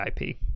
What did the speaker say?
IP